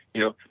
you know,